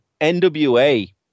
NWA